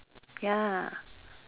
ya